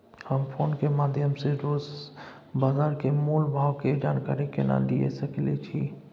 हम फोन के माध्यम सो रोज बाजार के मोल भाव के जानकारी केना लिए सके छी?